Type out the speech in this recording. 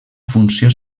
funció